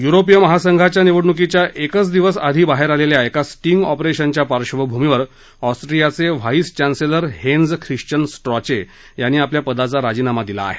European महासंघाच्या य्नियनच्या निवडणूकीच्या एकच दिवस आधी बाहेर आलेल्या एका स्टींग आॉपरेशनच्या पार्श्वभूमीवर आॉस्ट्रीयाचे व्हाईस चान्सलर हेन्झ खिश्चन स्ट्रॉचे यांनी आपल्या पदाचा राजीनामा दिला आहे